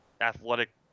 athletic